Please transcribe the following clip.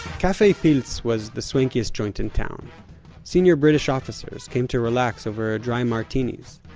cafe pilz was the swankiest joint in town senior british officers came to relax over dry martinis,